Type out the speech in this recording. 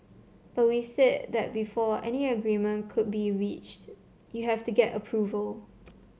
but we said that before any agreement could be reached you have to get approval